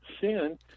sin